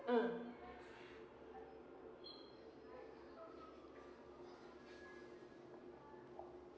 mm